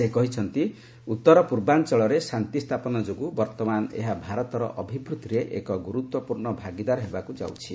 ସେ କହିଛନ୍ତି ଉତ୍ତର ପୂର୍ବାଞ୍ଚଳରେ ଶାନ୍ତି ସ୍ଥାପନ ଯୋଗୁଁ ବର୍ତ୍ତମାନ ଏହା ଭାରତର ଅଭିବୃଦ୍ଧିରେ ଏକ ଗୁରୁତ୍ୱପୂର୍ଣ୍ଣ ଭାଗିଦାର ହେବାକୁ ଯାଉଛି